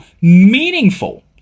meaningful